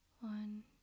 One